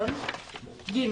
סעיף (ג)